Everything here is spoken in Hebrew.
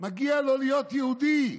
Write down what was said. מגיע לו להיות יהודי.